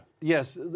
Yes